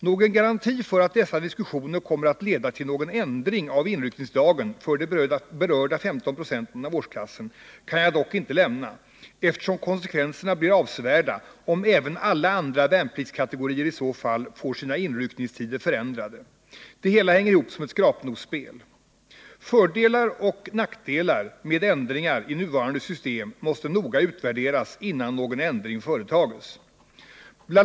Någon garanti för att dessa diskussioner kommer att leda till någon ändring av inryckningsdagen för berörda 15 96 av årsklassen kan jag dock inte lämna, eftersom konsekvenserna blir avsevärda, om även alla andra värnpliktskategorier i så fall får sina inryckningstider ändrade — det hela hänger ihop som ett skrapnosspel. Fördelar och nackdelar med ändringar i nuvarande system måste noga utvärderas innan någon ändring företages. Bl.